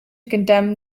condemn